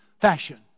fashion